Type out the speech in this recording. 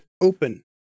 open